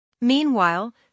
Meanwhile